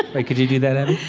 wait, could you do that, abby?